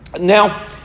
Now